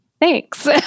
Thanks